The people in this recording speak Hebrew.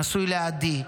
נשוי לעדי,